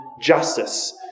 justice